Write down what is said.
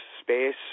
space